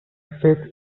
faith